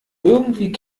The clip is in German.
irgendwie